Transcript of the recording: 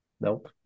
Nope